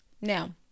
Now